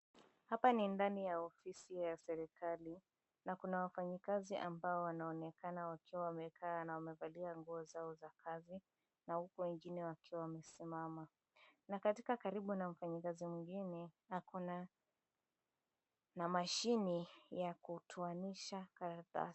Hapa ni ndani ya ofisi ya serikali, na kuna wafanyakazi ambao wanaonekana wakiwa wamekaa na wamevalia nguo zao za kazi, na huku wengine wakiwa wamesimama. Na katika karibu na mfanyakazi mwingine, ako na mashini ya kutoanisha karatasi.